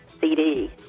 CD